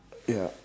ya